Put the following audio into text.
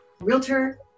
realtor